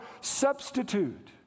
substitute